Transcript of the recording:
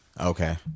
Okay